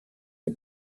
for